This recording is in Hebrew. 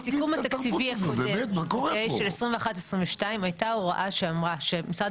בסיכום התקציבי הקודם של 2021-2022 הייתה הוראה שאמרה שמשרד